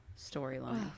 storyline